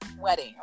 wedding